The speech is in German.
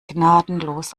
gnadenlos